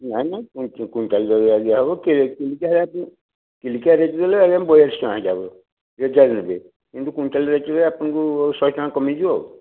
ନାଇଁ ନାଇଁ କୁଇଣ୍ଟାଲ୍ ଦର ଯାହା ହେବ କିଲିକିଆ ରେଟ୍ ଦେଲେ ଆଜ୍ଞା ବୟାଳିଶି ଟଙ୍କା ଦିଆ ହେବ ନେବେ କିନ୍ତୁ କୁଇଣ୍ଟାଲ୍ ରେଟ୍ ଆପଣଙ୍କୁ ଶହେ ଟଙ୍କା କମିଯିବ ଆଉ